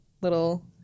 little